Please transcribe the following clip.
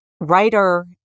writer